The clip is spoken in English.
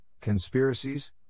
conspiracies